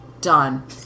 Done